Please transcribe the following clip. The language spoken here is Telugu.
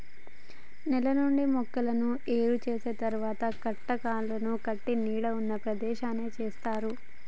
నేల నుండి మొక్కలను ఏరు చేసిన తరువాత కట్టలుగా కట్టి నీడగా ఉన్న ప్రదేశానికి చేరుస్తారు